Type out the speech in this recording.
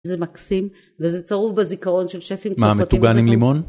זה מקסים וזה צרוף בזיכרון של שפים צרפתיים. - מה? מטוגן עם לימון?